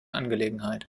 angelegenheit